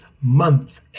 month